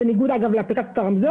בניגוד לרמזור,